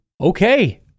Okay